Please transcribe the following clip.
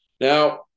Now